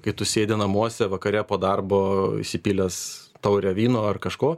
kai tu sėdi namuose vakare po darbo įsipylęs taurę vyno ar kažko